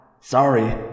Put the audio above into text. Sorry